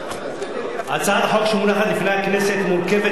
הצעת החוק שמונחת לפני הכנסת מורכבת